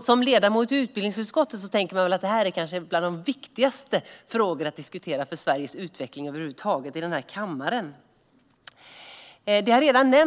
Som ledamot i utbildningsutskottet tänker jag att detta väl är några av de viktigaste frågorna att diskutera i kammaren när det gäller Sveriges utveckling.